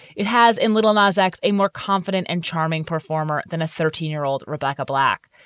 it has in little and isaacs a more confident and charming performer than a thirteen year old rebecca black.